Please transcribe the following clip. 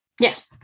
Yes